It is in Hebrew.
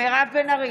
מירב בן ארי,